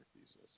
thesis